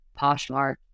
Poshmark